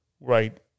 right